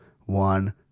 one